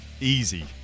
easy